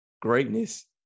greatness